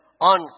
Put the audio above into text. on